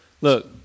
look